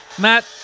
Matt